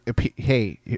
Hey